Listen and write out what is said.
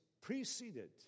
preceded